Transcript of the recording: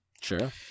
Sure